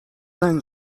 زنگ